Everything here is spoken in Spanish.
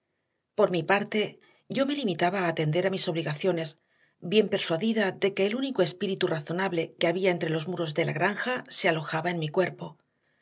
por mi parte yo me limitaba a atender a mis obligaciones bien persuadida de que el único espíritu razonable que había entre los muros de la granja se alojaba en mi cuerpo